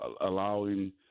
allowing